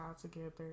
together